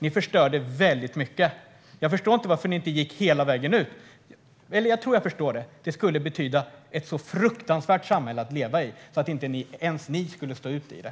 Ni förstörde väldigt mycket, men jag förstår inte varför ni inte gick hela vägen. Eller jag tror att jag förstår det, för det skulle betyda ett så fruktansvärt samhälle att leva i att inte ens ni skulle stå ut i det.